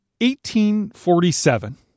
1847